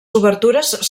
obertures